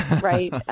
right